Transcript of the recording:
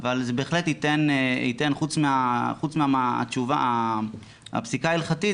אבל זה בהחלט ייתן חוץ מהפסיקה ההלכתית,